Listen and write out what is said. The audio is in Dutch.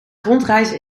rondreizen